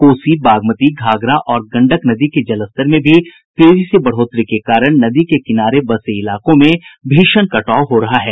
कोसी बागमती घाघरा और गंडक नदी के जलस्तर में भी तेजी से बढ़ोतरी के कारण नदी के किनारे बसे इलाकों में भीषण कटाव हो रहा है